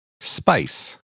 spice